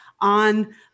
on